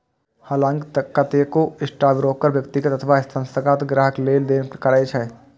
हलांकि कतेको स्टॉकब्रोकर व्यक्तिगत अथवा संस्थागत ग्राहक लेल लेनदेन करै छै